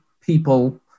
people